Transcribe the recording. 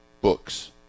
books